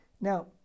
Now